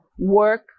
work